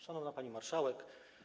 Szanowna Pani Marszałek!